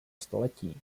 století